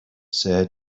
said